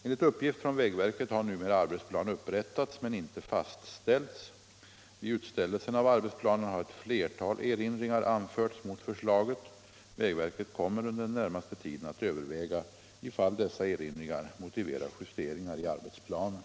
Enligt uppgift från vägverket har numera arbetsplan upprättats men inte fastställts. Vid utställelsen av arbetsplanen har ett flertal erinringar anförts mot förslaget. Vägverket kommer under den närmaste tiden att överväga ifall dessa erinringar motiverar justeringar i arbetsplanen.